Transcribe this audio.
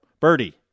Birdie